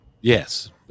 yes